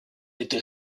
été